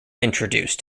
introduced